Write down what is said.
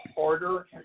harder